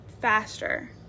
faster